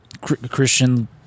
christian